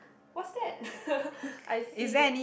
what's that I see